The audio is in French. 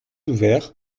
ouvert